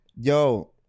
yo